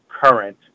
current